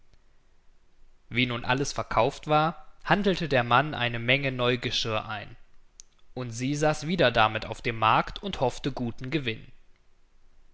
wie nun alles verkauft war handelte der mann eine menge neu geschirr ein und sie saß wieder damit auf dem markt und hoffte guten gewinn